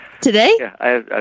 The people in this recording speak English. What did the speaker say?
Today